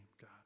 God